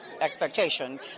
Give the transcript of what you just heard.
expectation